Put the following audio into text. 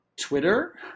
Twitter